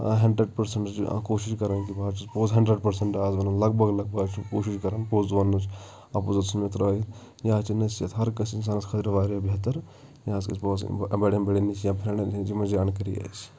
hundred percent چھُ کوٗشِش کَران کہِ بہٕ حظ چھُس پوٚز ہَنٛڈرَڈ پٔرسَنٛٹ آز وَنان لگ بھگ لگ بھگ بہٕ حظ چھُس کوٗشِش کَران پوٚز وَننٕچ اَپُز حظ ژھُن مےٚ ترٛٲیِتھ یہِ حظ چھِ نصیٖحت ہر کٲنٛسہِ اِنسانَس خٲطرٕ واریاہ بہتر یہِ حظ گژھِ بوزٕںۍ بڑٮ۪ن بڑٮ۪ن نِش یا فرٛٮ۪نٛڈَن یِمَن جانکٲری آسہِ